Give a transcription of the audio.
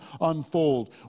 unfold